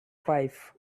five